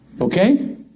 Okay